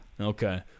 Okay